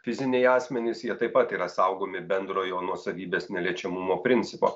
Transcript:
fiziniai asmenys jie taip pat yra saugomi bendrojo nuosavybės neliečiamumo principo